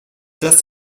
das